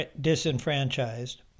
disenfranchised